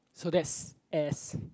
so that's S